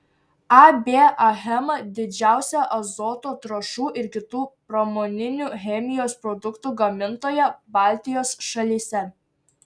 ab achema didžiausia azoto trąšų ir kitų pramoninių chemijos produktų gamintoja baltijos šalyse